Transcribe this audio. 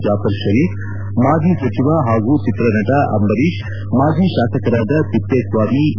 ಜಾಫರ್ ಷರೀಫ್ ಮಾಜಿ ಸಚಿವ ಹಾಗೂ ಚಿತ್ರನಟ ಅಂಬರೀಶ್ ಮಾಜಿ ಶಾಸಕರಾದ ತಿಪ್ಪೇಸ್ನಾಮಿ ಈ